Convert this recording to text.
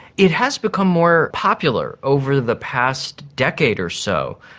it has become more popular over the past decade or so.